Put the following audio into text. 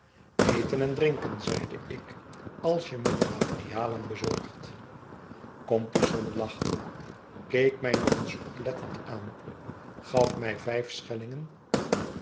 eten en drinken zeide ik als jemede materialen bezorgt compeyson lachte keek mij nog eens oplettend aan gaf mij vijf schellingen